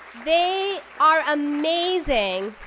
they are amazing.